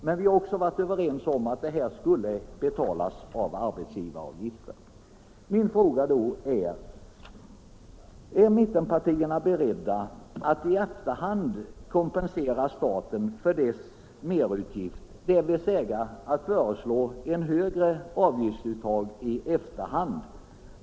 Men nu har vi varit ense om att pengarna skulle betalas via arbetsgivaravgiften, och min fråga är då: Är mittenpartierna beredda att i efterhand kompensera staten för den merutgiften, dvs. att föreslå ett högre avgiftsuttag i efterhand?